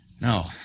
No